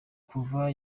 kuva